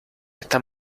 está